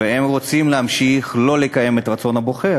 והם רוצים להמשיך לא לקיים את רצון הבוחר.